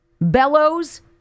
Bellows